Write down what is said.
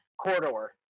corridor